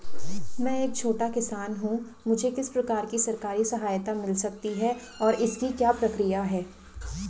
मैं एक छोटा किसान हूँ मुझे किस प्रकार की सरकारी सहायता मिल सकती है और इसकी क्या प्रक्रिया है?